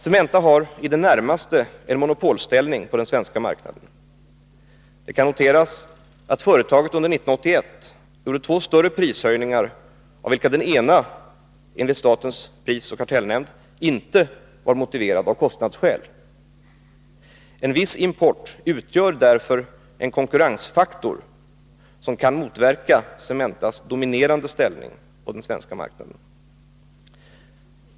Cementa har i det närmaste en monopolställning på den svenska marknaden. Det kan noteras att företaget under 1981 gjorde två större prishöjningar, av vilka den ena enligt statens prisoch kartellnämnd inte var motiverad av kostnadsskäl. En viss import utgör därför en konkurrensfaktor som kan motverka Cementas dominerande ställning på den svenska marknaden.